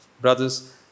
brothers